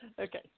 Okay